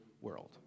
world